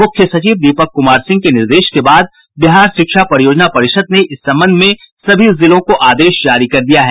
मुख्य सचिव दीपक कुमार सिंह के निर्देश के बाद बिहार शिक्षा परियोजना परिषद ने इस संबंध में सभी जिलों को आदेश जारी कर दिया है